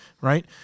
right